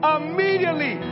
immediately